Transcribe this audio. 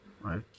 right